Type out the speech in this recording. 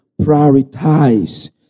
Prioritize